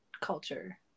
culture